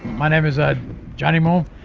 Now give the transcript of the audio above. my name is ah johnny mo,